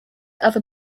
other